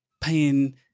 paying